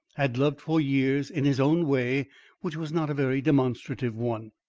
had loved for years, in his own way which was not a very demonstrative one,